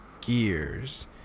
gears